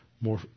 more